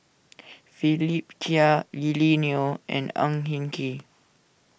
Philip Chia Lily Neo and Ang Hin Kee